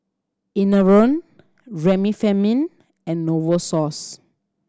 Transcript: Enervon Remifemin and Novosource